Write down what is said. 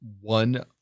one